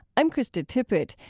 i'm krista tippett.